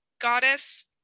goddess